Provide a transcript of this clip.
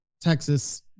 Texas